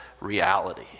reality